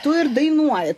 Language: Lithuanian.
tu ir dainuoji